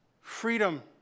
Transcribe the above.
Freedom